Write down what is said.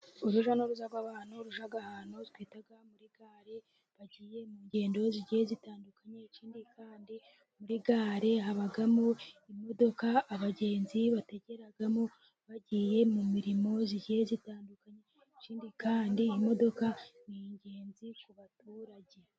Urujya nuruza rw'abantu bajya ahantu twita muri gare, bagiye mu ngendo zigiye zitandukanye, ikindi kandi muri gare habamo imodoka abagenzi bategeramo, bagiye mu mirimo igiye itandukanye ikindi kandi imodoka ni ingenzi ku baturage.